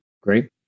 Great